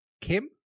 Kim